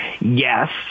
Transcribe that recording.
Yes